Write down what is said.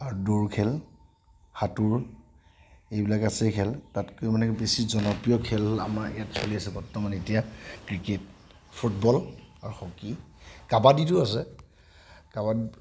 আৰু দৌৰখেল সাঁতোৰ এইবিলাক আছে খেল তাতকৈও মানে বেছি জনপ্ৰিয় খেল আমাৰ ইয়াত খেলি আছে বৰ্তমানে এতিয়া ক্ৰিকেট ফুটবল আৰু হকী কাবডীটোও আছে কাবাডী